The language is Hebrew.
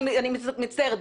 אני מצטערת.